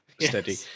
Steady